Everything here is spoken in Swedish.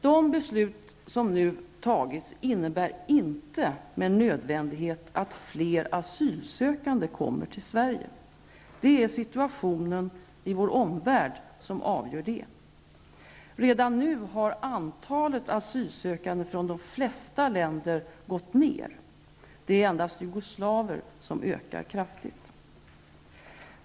De beslut som nu har fattats innebär inte med nödvändighet att fler asylsökande kommer till Sverige. Det är situationen i vår omvärld som avgör detta. Redan nu har antalet asylsökande från de flesta länder minskat. Det är endast antalet jugoslaver som ökar kraftigt.